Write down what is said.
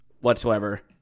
whatsoever